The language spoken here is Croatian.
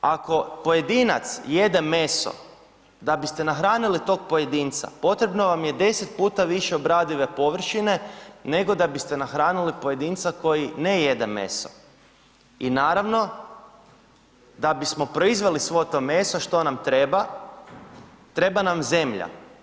Ako pojedinac jede meso da biste nahranili tog pojedinca potrebno vam je 10 puta više obradive površine nego da biste nahranili pojedinca koji ne jede meso i naravno da bismo proizveli svo to meso što nam treba, treba nam zemlja.